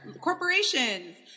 Corporations